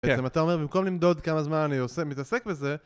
גם אתה אומר, במקום למדוד כמה זמן אני מתעסק בזה...